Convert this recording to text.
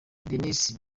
dennis